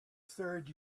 third